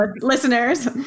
listeners